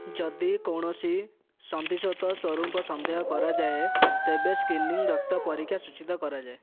ଯଦି କୌଣସି ସନ୍ଧିଶୋଥ ସଂରୂପ ସନ୍ଦେହ କରାଯାଏ ତେବେ ସ୍କ୍ରିନିଂ ରକ୍ତ ପରୀକ୍ଷା ସୂଚିତ କରାଯାଏ